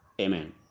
amen